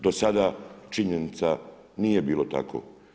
Dosada, činjenica, nije bilo tako.